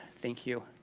thank you,